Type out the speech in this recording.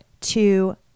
two